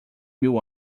mil